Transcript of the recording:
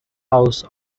house